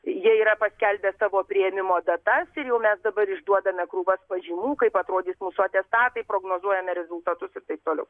jie yra paskelbę savo priėmimo datas ir jau mes dabar išduodame krūvas pažymų kaip atrodys mūsų atestatai prognozuojame rezultatus ir taip toliau